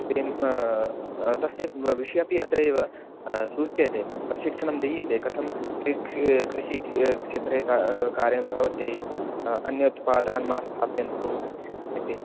तेन तस्य विषयेपि अत्रैव सूच्यते प्रशिक्षणं दीयते कथं शिक् कृषिक्षेत्रे का कार्यं भवति अन्यत् पादान् मा स्थापयन्तु इति